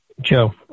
Joe